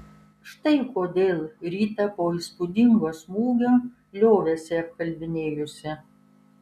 štai kodėl rita po įspūdingo smūgio liovėsi apkalbinėjusi